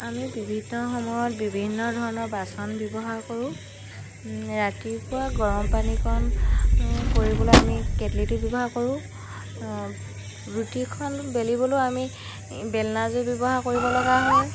আমি বিভিন্ন সময়ত বিভিন্ন ধৰণৰ বাচন ব্যৱহাৰ কৰোঁ ৰাতিপুৱা গৰম পানীকণ কৰিবলৈ আমি কেটলিটো ব্যৱহাৰ কৰোঁ ৰুটিখন বেলিবলৈও আমি বেলনাযোৰ ব্যৱহাৰ কৰিব লগা হয়